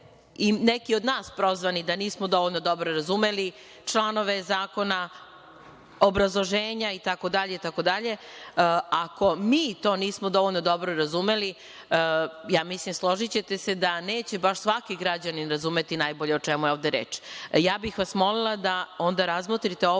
i neki odnos prozvani da nismo dovoljno dobro razumeli članove zakona, obrazloženja itd, ako mi to nismo dovoljno dobro razumeli, složićete se da neće baš svaki građanin razumeti baš najbolje o čemu je ovde reč. Molila bih vas da onda ovo razmotrite i